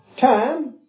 Time